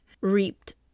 reaped